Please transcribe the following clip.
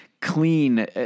clean